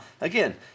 again